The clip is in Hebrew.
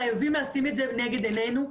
חייבים לשים את זה נגד עינינו.